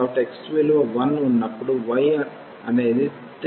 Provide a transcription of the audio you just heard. కాబట్టి x విలువ 1 ఉన్నప్పుడు y అనేది 3